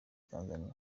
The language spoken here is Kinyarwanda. tanzania